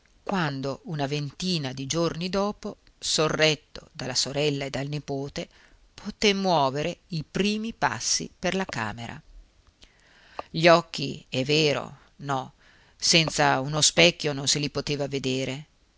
quando una ventina di giorni dopo sorretto dalla sorella e dal nipote poté muovere i primi passi per la camera gli occhi è vero no senza uno specchio non se li poteva vedere